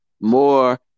more